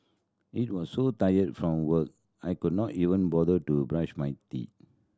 it was so tired from work I could not even bother to brush my teeth